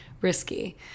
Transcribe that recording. Risky